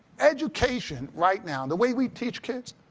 education right now, the way we teach kids,